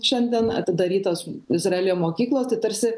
šiandien atidarytas izraelyje mokyklos tai tarsi